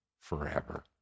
forever